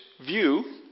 view